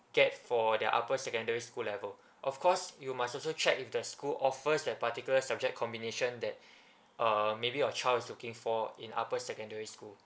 get for their upper secondary school level of course you must also check if the school offers that particular subject combination that uh maybe your child is looking for in upper secondary school